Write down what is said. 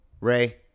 Ray